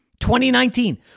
2019